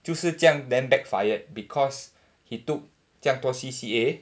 就是这样 then backfired because he took 这样多 C_C_A